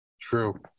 True